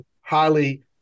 highly